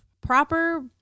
proper